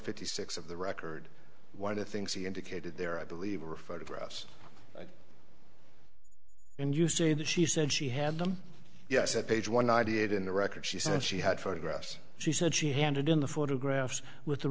fifty six of the record one of the things he indicated there i believe are photographs and you say that she said she had them yes at page one ninety eight in the record she said she had photographs she said she handed in the photographs with the